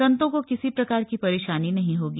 संतों को किसी प्रकार की परेशानी नही होगी